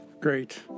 great